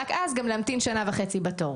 ורק אז גם להמתין שנה וחצי בתור?